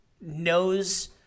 knows